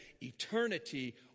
eternity